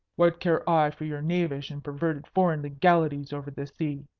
what care i for your knavish and perverted foreign legalities over the sea?